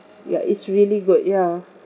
ya it's really good ya